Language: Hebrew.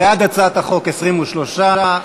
בעד הצעת החוק, 23,